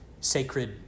sacred